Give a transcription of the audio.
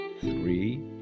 three